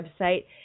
website